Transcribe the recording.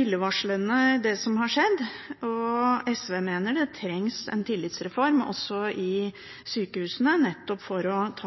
illevarslende, det som har skjedd, og SV mener det trengs en tillitsreform også i sykehusene, nettopp